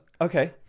Okay